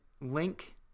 Link